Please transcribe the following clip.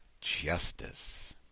justice